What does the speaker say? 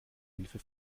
hilfe